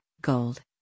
gold